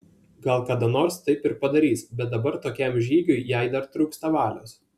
gal kada nors taip ir padarys bet dabar tokiam žygiui jai dar trūksta valios